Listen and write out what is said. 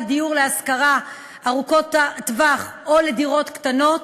דיור להשכרה ארוכת טווח או לדירות קטנות,